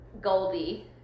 Goldie